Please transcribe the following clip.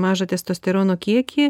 mažą testosterono kiekį